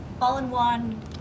all-in-one